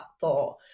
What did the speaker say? thought